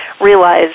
realize